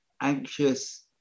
anxious